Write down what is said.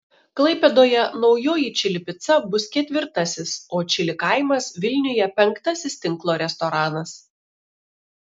klaipėdoje naujoji čili pica bus ketvirtasis o čili kaimas vilniuje penktasis tinklo restoranas